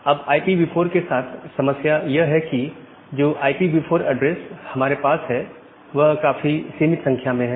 अब IPv4 के साथ समस्या यह है कि जो IPv4 ऐड्रेस हमारे पास है वह काफी सीमित संख्या में है